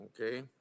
Okay